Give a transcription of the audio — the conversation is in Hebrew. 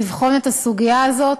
לבחון את הסוגיה הזאת,